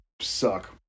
suck